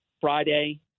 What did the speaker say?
Friday